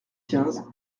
quinze